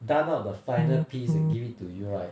done up the final piece and give it to you right